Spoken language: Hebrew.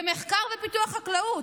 במחקר ופיתוח של חקלאות.